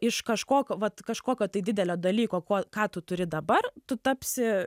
iš kažkokio vat kažkokio tai didelio dalyko kuo ką tu turi dabar tu tapsi